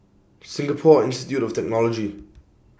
Singapore Institute of Technology